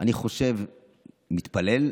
אני חושב ומתפלל,